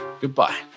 Goodbye